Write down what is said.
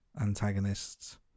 antagonists